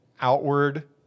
outward